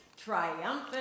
triumphant